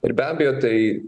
ir be abejo tai